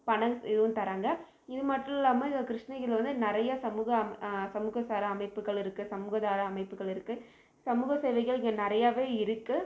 பணம் இதுவும் தராங்க இது மட்டும் இல்லாமல் இந்த கிருஷ்ணகிரியில் வந்து நிறையா சமூகம் சமூகம் சாரா அமைப்புகளும் இருக்கு சமூகதார அமைப்புகள் இருக்கு சமூக சேவைகள் இங்கே நிறையாவே இருக்கு